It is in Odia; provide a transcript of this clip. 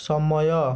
ସମୟ